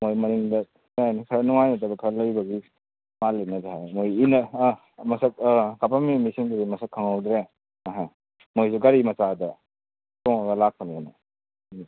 ꯃꯣꯏ ꯃꯅꯨꯡꯗ ꯈꯔ ꯈꯔ ꯅꯨꯡꯉꯥꯏꯅꯗꯕ ꯈꯔ ꯂꯩꯕꯒꯤ ꯃꯣꯏ ꯎꯟꯅ ꯑꯥ ꯃꯁꯛ ꯑꯥ ꯀꯥꯄꯝꯃꯤ ꯃꯤꯁꯤꯡꯗꯨꯗꯤ ꯃꯁꯛ ꯈꯪꯍꯧꯗ꯭ꯔꯦ ꯅ ꯍꯥꯏ ꯃꯣꯏꯗꯨ ꯒꯥꯔꯤ ꯃꯆꯥꯗ ꯇꯣꯡꯉꯒ ꯂꯥꯛꯄꯅꯤꯅ ꯎꯝ